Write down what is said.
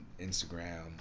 Instagram